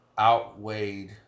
outweighed